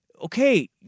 okay